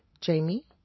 Jamie